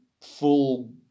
full